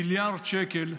מיליארד שקל,